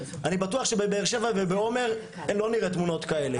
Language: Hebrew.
אני בטוח שבבאר שבע ובעומר לא נראה תמונות כאלה.